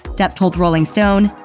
depp told rolling stone,